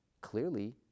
clearly